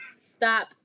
stop